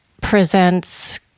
presents